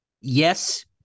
yes